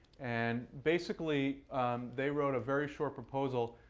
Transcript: and basically they wrote a very short proposal,